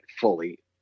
fully